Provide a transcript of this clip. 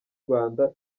rwanda